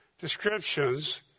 descriptions